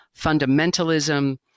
fundamentalism